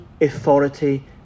authority